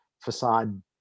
facade